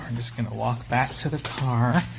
and just gonna walk back to the car.